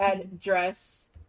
Address